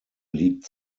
liegt